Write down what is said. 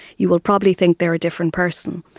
you will probably think they are a different person.